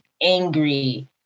angry